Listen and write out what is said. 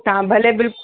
तव्हां भले बिल